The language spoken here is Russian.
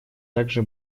также